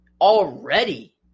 Already